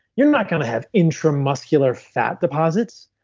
you're not going to have intramuscular fat deposits.